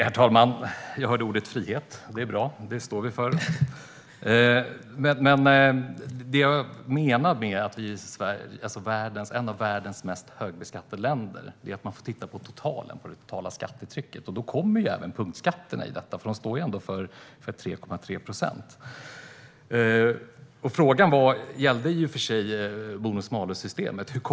Herr talman! Jag hörde ordet frihet. Det är bra; det står vi för. Det jag menade med att Sverige är ett av världens mest högbeskattade länder är att man får titta på det totala skattetrycket. Då kommer även punktskatterna in, för de står ändå för 3,3 procent. Frågan gällde i och för sig bonus-malus-systemet.